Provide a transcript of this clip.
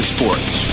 Sports